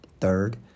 Third